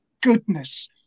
goodness